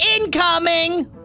incoming